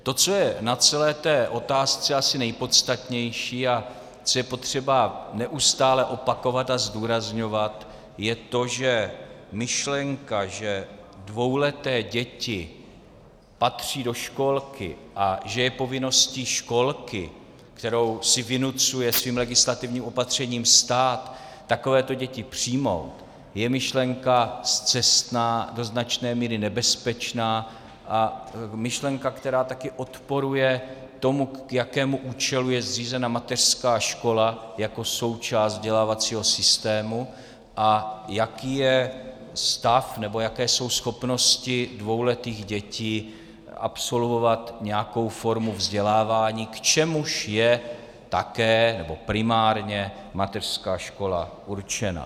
To, co je na celé té otázce asi nejpodstatnější a co je potřeba neustále opakovat a zdůrazňovat, je to, že myšlenka, že dvouleté děti patří do školky a že je povinností školky, kterou si vynucuje svým legislativním opatřením stát, takovéto děti přijmout, je myšlenka scestná, do značné míry nebezpečná a myšlenka, která taky odporuje tomu, k jakému účelu je zřízena mateřská škola jako součást vzdělávacího systému, a jaký je stav nebo jaké jsou schopnosti dvouletých dětí absolvovat nějakou formu vzdělávání, k čemuž je také nebo primárně mateřská škola určena.